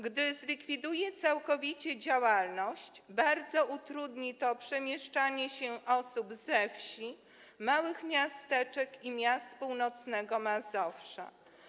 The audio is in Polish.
Gdy zlikwiduje całkowicie działalność, bardzo utrudni to przemieszczanie się osób ze wsi, małych miasteczek i miast północnego Mazowsza.